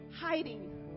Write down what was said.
hiding